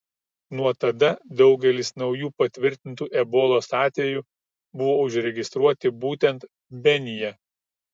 nuo tada daugelis naujų patvirtintų ebolos atvejų buvo užregistruoti būtent benyje